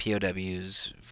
POWs